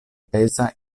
peza